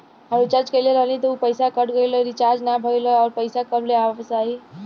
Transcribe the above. हम रीचार्ज कईले रहनी ह लेकिन पईसा कट गएल ह रीचार्ज ना भइल ह और पईसा कब ले आईवापस?